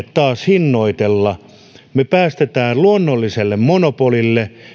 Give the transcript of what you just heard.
taas hallitsemattoman tilanteen hinnoitteluun me päästämme yksittäisen toimijan luonnolliselle monopolille